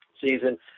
season